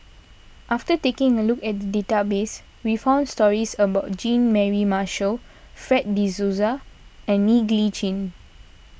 after taking a look at the database we found stories about Jean Mary Marshall Fred De Souza and Ng Li Chin